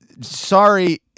Sorry